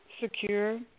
secure